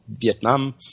Vietnam